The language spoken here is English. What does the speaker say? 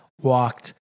walked